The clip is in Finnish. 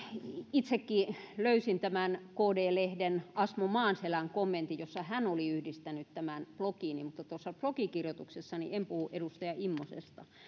itsekin löysin tämän kd lehden asmo maanselän kommentin jossa hän oli yhdistänyt tämän blogiini mutta tuossa blogikirjoituksessani en puhu edustaja immosesta